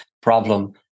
problem